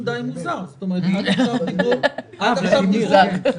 אני נותן לך.